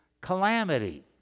calamity